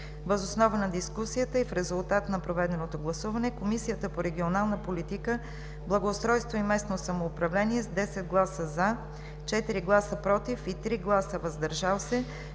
Въз основа на дискусията и в резултат на проведеното гласуване Комисията по регионална политика, благоустройство и местно самоуправление с 10 гласа “за”, 4 гласа “против” и 3 гласа “въздържали се”